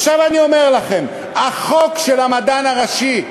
עכשיו אני אומר לכם: החוק של המדען הראשי,